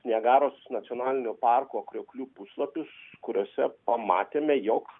niagaros nacionalinio parko krioklių puslapius kuriuose pamatėme jog